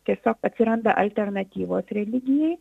tiesiog atsiranda alternatyvos religijai